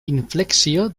inflexio